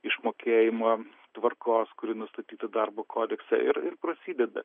išmokėjimo tvarkos kuri nustatyta darbo kodeksą ir ir prasideda